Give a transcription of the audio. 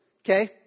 okay